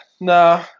no